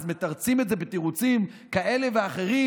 אז מתרצים את זה בתירוצים כאלה ואחרים,